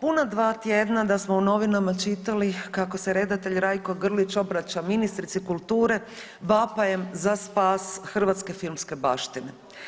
puna dva tjedna da smo u novinama čitali kako se redatelj Rajko Grlić obraća ministrici kulture vapajem za spas hrvatske filmske baštine.